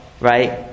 right